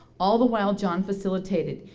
all the while john facilitated.